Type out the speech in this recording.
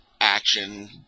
action